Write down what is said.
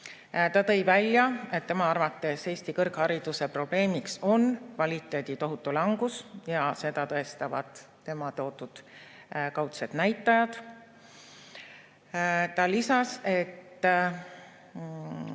Ta tõi välja, et tema arvates Eesti kõrghariduse probleemiks on kvaliteedi tohutu langus ja seda tõestavad tema toodud kaudsed näitajad. Ta lisas, et